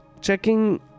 Checking